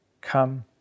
Come